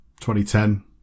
2010